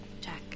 Jack